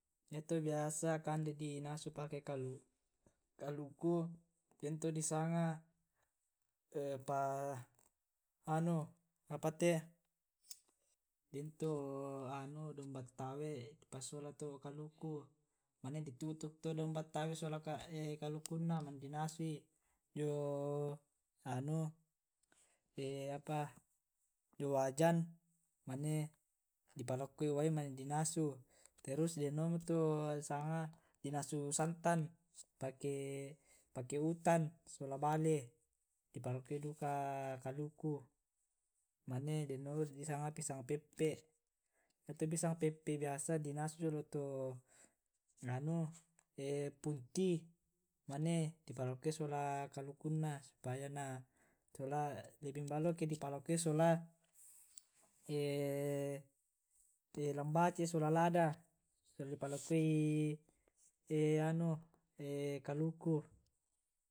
yato biasa kande di nasu pake kaluku dento di sanga. apate dento daun battawe di pasisola to kaluku mane di tu'tuk to daun battawe sola kalukunna mane di nasui jio anu wajan mane di parokkoi wai mane di nasu. terus den omo to sanga di nasu santan pake, pake utan sola bale di palakoi duka kaluku, mane den omi to disanga pisang peppe', yato pisang peppe' biasa di nasu jolo to anu punti mane di palakoi sola kalukunna supaya na lebih ma ballo eke di palakoi sola lambace' sola lada sola dipalakoi kaluku.